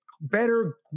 better